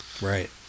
Right